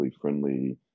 friendly